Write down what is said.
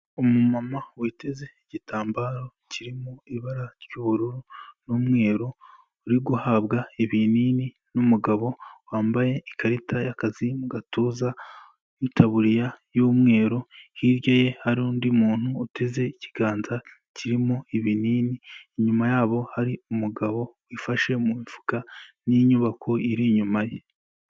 Umumama witeze igitambaro kirimo ibara ry'ubururu n'umweru uri guhabwa ibinini n'umugabo wambaye ikarita y'akazi mu gatuza n'itaburiya y'umweru, hirya ye hari undi muntu uteze ikiganza kirimo ibinini. Inyuma yabo hari umugabo wifashe mu mufuka n'inyubako iri inyuma ye.